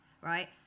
Right